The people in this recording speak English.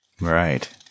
Right